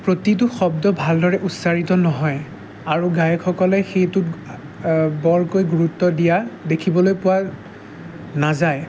প্ৰতিটো শব্দ ভালদৰে উচ্চাৰিত নহয় আৰু গায়কসকলে সেইটোত বৰকৈ গুৰুত্ব দিয়া দেখিবলৈ পোৱা নাযায়